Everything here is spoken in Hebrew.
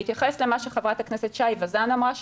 בהתייחס למה שחברת הכנסת שי וזאן אמרה,